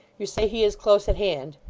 you say he is close at hand.